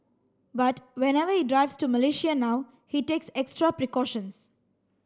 but whenever he drives to Malaysia now he takes extra precautions